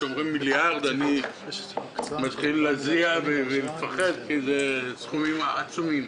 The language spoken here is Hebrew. אתם אומרים מיליארד ואני מתחיל להזיע ולפחד כי זה סכומים עצומים.